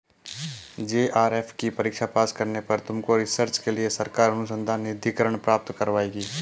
JRF की परीक्षा pass करने पर तुमको रिसर्च के लिए सरकार अनुसंधान निधिकरण प्राप्त करवाएगी